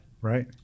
Right